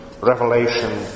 Revelation